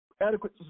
adequate